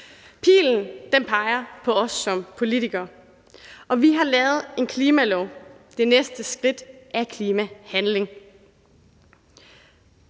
Pilen peger på os politikere, og vi har lavet en klimalov. Det næste skridt er klimahandling.